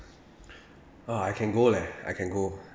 oh I can go leh I can go